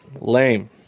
Lame